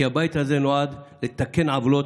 כי הבית הזה נועד לתקן עוולות,